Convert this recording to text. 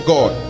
God